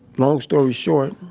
long story short,